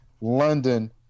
London